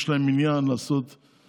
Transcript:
יש להם עניין לעשות,